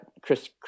Chris